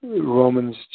Romans